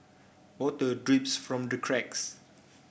water drips from the cracks